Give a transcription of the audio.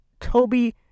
Toby